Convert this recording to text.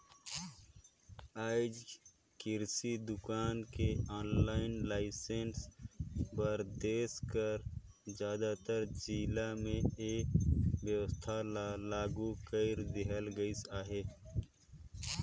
आएज किरसि दुकान के आनलाईन लाइसेंस बर देस कर जादातर जिला में ए बेवस्था ल लागू कइर देहल गइस अहे